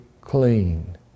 clean